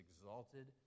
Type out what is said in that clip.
exalted